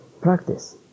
practice